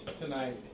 tonight